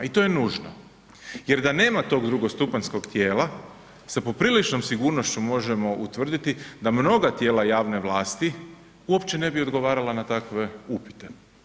I to je nužno jer da nema tog drugostupanjskog tijela sa popriličnom sigurnošću možemo utvrditi da mnoga tijela javne vlasti uopće ne bi odgovarala na takve upite.